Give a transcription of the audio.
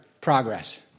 progress